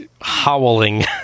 howling